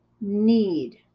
need